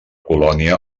colònia